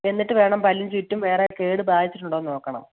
എന്നിട്ട് വേണം പല്ലിന് ചുറ്റും വേറെ കേട് ബാധിച്ചിട്ടുണ്ടോ എന്ന് നോക്കണം